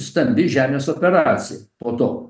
stambi žemės operacija po to